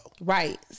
Right